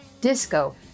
disco